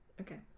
Okay